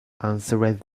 answered